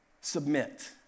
Submit